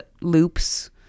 loops